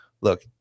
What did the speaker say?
look